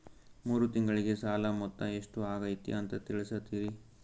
ಮೂರು ತಿಂಗಳಗೆ ಸಾಲ ಮೊತ್ತ ಎಷ್ಟು ಆಗೈತಿ ಅಂತ ತಿಳಸತಿರಿ?